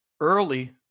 early